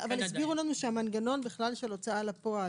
הסבירו לנו שהמנגנון של הוצאה לפועל